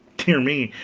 dear me,